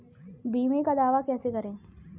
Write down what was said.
बीमे का दावा कैसे करें?